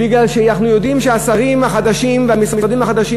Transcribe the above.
בגלל שאנחנו יודעים שהשרים החדשים והמשרדים החדשים